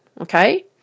okay